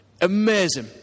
Amazing